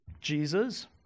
Jesus